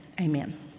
amen